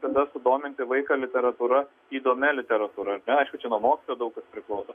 kada sudominti vaiką literatūra įdomia literatūra na aišku čia nuo mokytojo daug kas priklauso